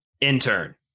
intern